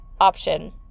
option